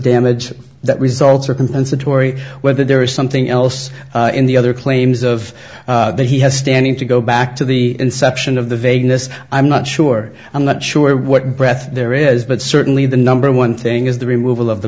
damage that results or compensatory whether there is something else in the other claims of that he has standing to go back to the inception of the vagueness i'm not sure i'm not sure what breath there is but certainly the number one thing is the removal of the